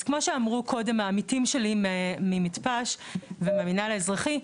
אז כמו שאמרו קודם העמיתים שלי ממתפ"ש ומהמנהל האזרחי,